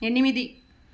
ఎనిమిది